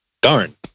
Darn